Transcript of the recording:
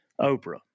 Oprah